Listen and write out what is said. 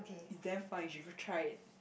it's damn fun you should try it